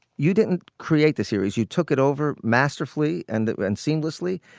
you didn't create the series. you took it over masterfully and it went seamlessly.